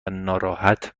ناراحت